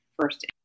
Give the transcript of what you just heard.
first